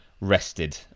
rested